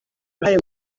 uruhare